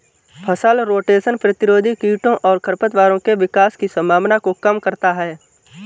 फसल रोटेशन प्रतिरोधी कीटों और खरपतवारों के विकास की संभावना को कम करता है